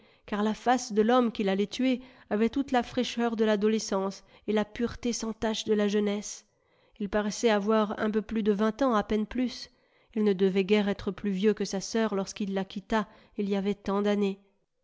car la face de l'homme qu'il allait tuer avait toute la fraîcheur de l'adolescence et la pureté sans tache de la jeunesse il paraissait avoir un peu plus de vingt ans à peine plus il ne devait guère être plus vieux que sa sœur lorsqu'il la quitta il y avait tant d'années